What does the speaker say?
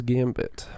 Gambit